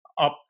up